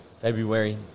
February